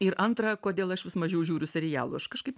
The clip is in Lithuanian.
ir antra kodėl aš vis mažiau žiūriu serialų aš kažkaip